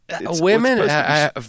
Women